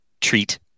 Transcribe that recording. treat